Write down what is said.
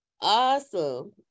Awesome